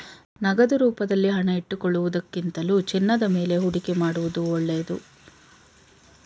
ನಗದು ರೂಪದಲ್ಲಿ ಹಣ ಇಟ್ಟುಕೊಳ್ಳುವುದಕ್ಕಿಂತಲೂ ಚಿನ್ನದ ಮೇಲೆ ಹೂಡಿಕೆ ಮಾಡುವುದು ಒಳ್ಳೆದು